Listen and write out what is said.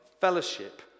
fellowship